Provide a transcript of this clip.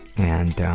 and